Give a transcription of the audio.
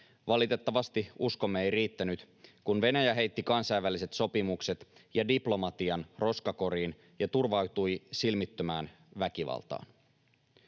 Valitettavasti uskomme ei riittänyt, kun Venäjä heitti kansainväliset sopimukset ja diplomatian roskakoriin ja turvautui silmittömään väkivaltaan.